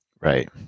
Right